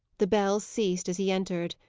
the bell ceased as he entered.